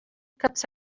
cups